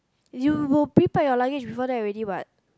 you will prepare your luggage before that already what